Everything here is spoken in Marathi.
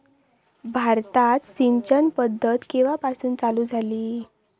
भारतात सिंचन पद्धत केवापासून चालू झाली?